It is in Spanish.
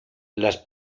las